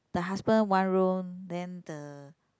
the husband one room then the